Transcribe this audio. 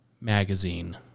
magazine